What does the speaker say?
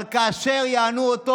אבל "כאשר יענו אֹתו